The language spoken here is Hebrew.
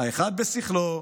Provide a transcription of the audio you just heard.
האחד בשכלו,